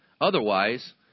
otherwise